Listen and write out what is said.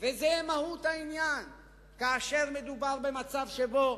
כאשר מדובר במצב שבו